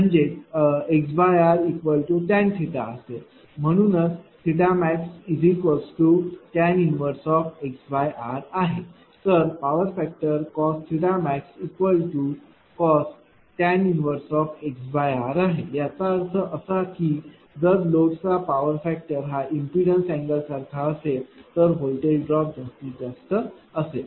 म्हणजेxr असेल म्हणूनच maxtan 1xrआहे तर पॉवर फॅक्टर maxtan 1xr आहे याचा अर्थ असा की जर लोड चा पॉवर फॅक्टर हा इम्पीडन्स अँगल सारखाच असेल तर व्होल्टेज ड्रॉप जास्तीत जास्त असेल